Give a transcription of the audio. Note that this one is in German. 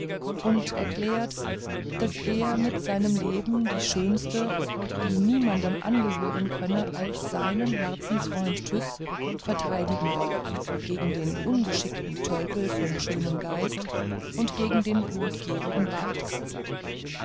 und nur erklärt daß er mit seinem leben die schönste die niemanden angehören könne als seinem herzensfreunde tyß verteidigen wolle gegen den ungeschickten tölpel von schönem geist und gegen den blutgierigen